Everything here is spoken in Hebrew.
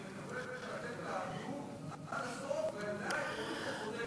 אני מקווה שאתם תעמדו עד הסוף בעמדה העקרונית הצודקת שלכם.